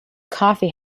coffee